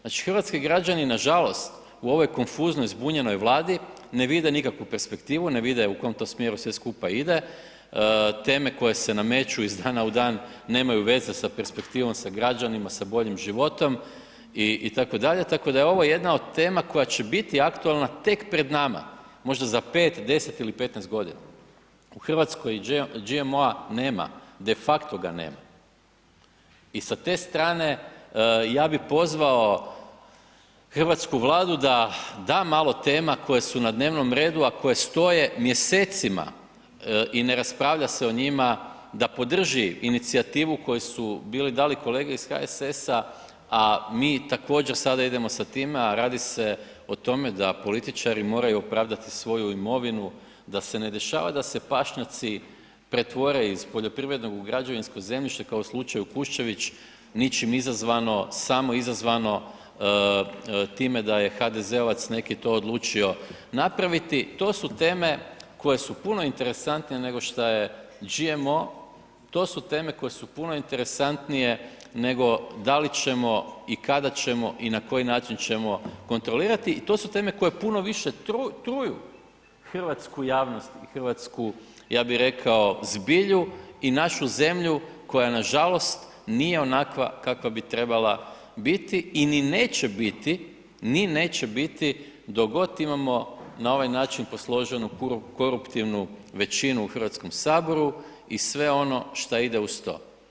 Znači, hrvatski građani nažalost u ovoj konfuznoj zbunjenoj Vladi ne vide nikakvu perspektivu, ne vide u kom to smjeru sve skupa ide, teme koje se nameću iz dana u dan nemaju veze sa perspektivom, sa građanima, sa boljim životom, itd., tako da je ovo jedna od tema koja će biti aktualna tek pred nama, možda za 5, 10 ili 15.g. U RH GMO-a nema, defakto ga nema i sa te strane ja bi pozvao hrvatsku Vladu da da malo tema koje su na dnevnom redu, a koje stoje mjesecima i ne raspravlja se o njima da podrži inicijativu koju su bili dali kolege iz HSS-a, a mi također sada idemo sa time, a radi se o tome da političari moraju opravdati svoju imovinu da se ne dešava da se pašnjaci pretvore iz poljoprivrednog u građevinsko zemljište kao u slučaju Kuščević ničim izazvano, samo izazvano time da je HDZ-ovac neki to odlučio napraviti, to su teme koje su puno interesantnije nego šta je GMO to su teme koje su puno interesantnije nego da li ćemo i kada ćemo i na koji način ćemo kontrolirati i to su teme koje puno više truju hrvatsku javnost i hrvatsku ja bih rekao zbilju i našu zemlju koja nažalost nije onakva kakva bi trebala biti i ni neće biti dok god imamo na ovaj način posloženu koruptivnu većinu u HS-u i sve ono što ide uz to.